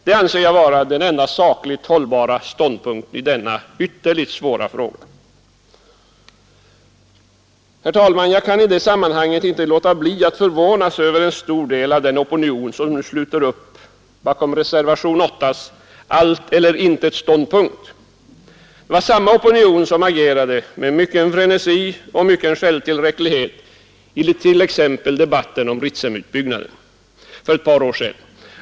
Det anser jag vara den enda sakligt hållbara ståndpunkten i denna ytterst svåra fråga. Jag kan i detta sammanhang inte låta bli att förvånas över en stor del av den opinion som nu sluter upp bakom den ”allt eller intet”-ståndpunkt som framföres i reservationen 8. Det var samma opinion som agerade med mycken frenesi och mycken självtillräcklighet i t.ex. debatten om Ritsemutbyggnaden för ett par år sedan.